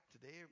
today